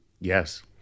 Yes